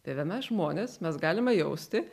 tai ve mes žmonės mes galime jausti